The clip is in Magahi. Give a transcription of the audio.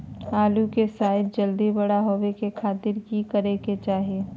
आलू के साइज जल्दी बड़ा होबे के खातिर की करे के चाही?